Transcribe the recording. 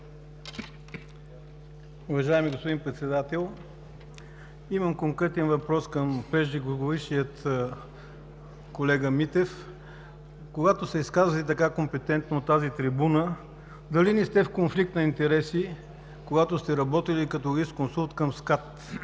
Уважаеми господин Председател, имам конкретен въпрос към преждеговорившия колега Митев: когато се изказвате така компетентно от тази трибуна, дали не сте в конфликт на интереси, когато сте работили като юрисконсулт към СКАТ?